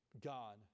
God